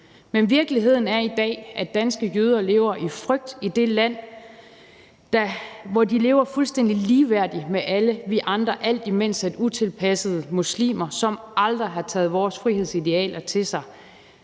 Men virkeligheden er i dag, at danske jøder lever i frygt i det land, hvor de leverfuldstændig ligeværdigt med alle os andre, alt imens utilpassede muslimer, som aldrig har taget vores frihedsidealer til sig,